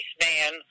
man